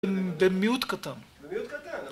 במיעוט קטן